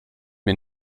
mir